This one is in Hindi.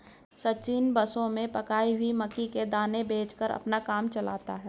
सचिन बसों में पकाई हुई मक्की के दाने बेचकर अपना काम चलाता है